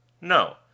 No